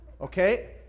okay